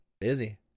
Busy